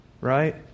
right